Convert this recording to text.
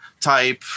type